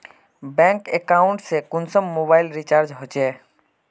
Bank account से कुंसम mobile recharge होचे?